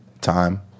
time